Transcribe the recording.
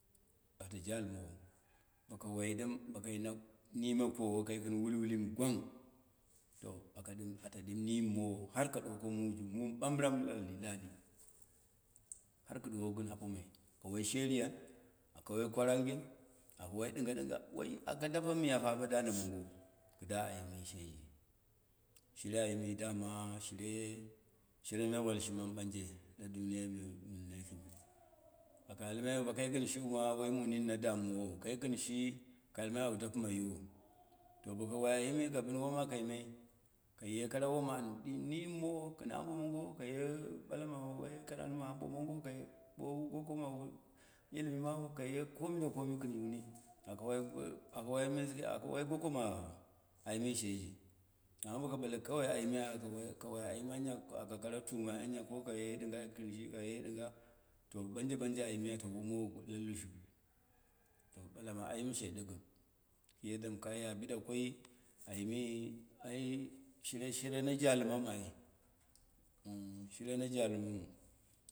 Ata jalimono, ba wai ɗɨm bakaina nime towo kai gɨn wili mɨ gwang, to aka ɗɨn at ɗɨm nimmowo har ka duwoko mujung mwa bambram lali har kɨ ɗuwoku kɨn apomai, aka wai sheriyan aka wai kwaragim aka wai ɗinga ɗinga woyi aka dape miyapa bodanda mongo kɨda ayimi sheji, shire ayimi dama shire, shire na walshi momu ɓanje la duniyai me mɨn mu nin na dam mowou, kai gɨn shi aka atmai ka bɨn woma aka yiman, kaye kara wom ata an nimmwo, kɨn abo mongo, kaye ɓabma karatu kɨn abo mongo, ak ɓowa goko ma ilimi magu kaye kmi da komi kɨn wuni aka wai kogoma ayi sheji, ama bale kawai ayimi ka wai, ka war ayim anya aka kana tunai anya ko kaye ɗɨnga gɨnshi, kaye ɗɨnga, to banje banje ato wu mowo la lushu, to bala ayim she ɗɨkɨm, kiyaddam kaya koi ayimi ai shire shire na jalɨmanu ai shire na jalɨmamu.